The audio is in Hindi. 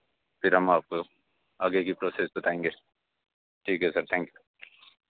फिर हम आपको आगे की प्रोसेस बताएँगे ठीक है सर थैंक